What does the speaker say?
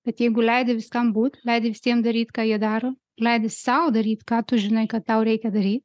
kad jeigu leidi viskam būt leidi visiem daryt ką jie daro leidi sau daryt ką tu žinai kad tau reikia daryt